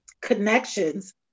connections